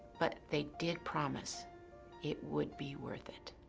but they did promise it would be worth it.